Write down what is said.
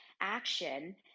action